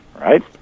right